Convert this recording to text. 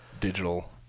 digital